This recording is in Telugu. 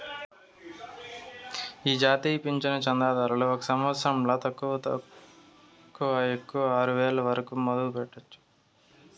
ఈ జాతీయ పింఛను చందాదారులు ఒక సంవత్సరంల తక్కువలో తక్కువ ఆరువేల వరకు మదుపు పెట్టొచ్చు